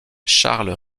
charles